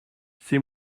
ces